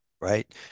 right